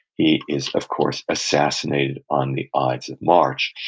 he is, of course, assassinated on the ides of march